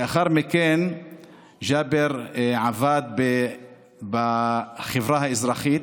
לאחר מכן ג'אבר עבד בחברה האזרחית.